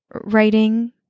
writing